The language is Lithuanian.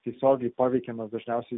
tiesiogiai paveikiamas dažniausiai